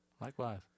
Likewise